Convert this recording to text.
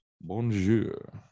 Bonjour